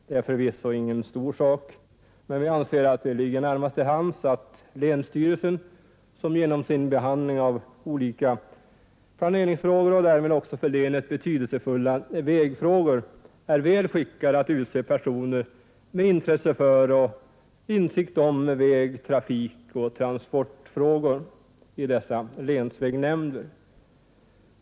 Det är förvisso ingen stor sak, men vi anser att det ligger närmast till hands att länsstyrelsen genom sin behandling av olika planeringsfrågor och därmed också för länet betydelsefulla vägfrågor är väl skickad att utse personer med intresse för och insikter i väg-, trafikoch transportfrågor i dessa länsvägnämnder.